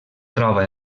troba